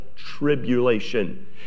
tribulation